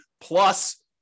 plus